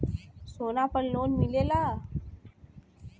सोना पर लोन मिलेला?